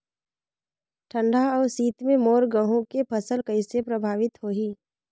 ठंडा अउ शीत मे मोर गहूं के फसल कइसे प्रभावित होही?